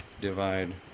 Divide